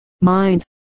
mind